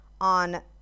on